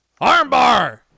Armbar